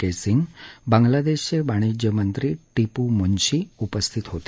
के सिंग बांगलादेशचे वाणिज्यमंत्री टिपू मुनशी उपस्थित होते